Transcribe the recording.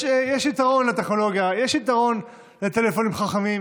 יש יתרון לטכנולוגיה, יש יתרון לטלפונים חכמים,